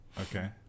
Okay